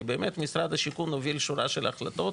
כי באמת משרד השיכון הוביל שורה של החלטות